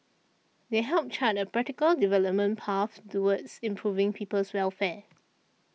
they help chart a practical development path towards improving people's welfare